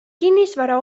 kinnisvara